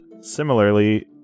similarly